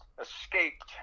escaped